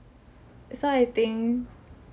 so I think